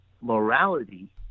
morality